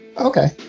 Okay